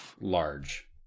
large